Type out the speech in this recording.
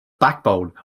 backbone